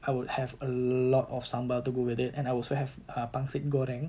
I would have a lot of sambal to go with it and I also have ah pansit goreng